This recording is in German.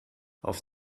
auf